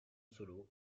solo